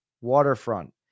waterfront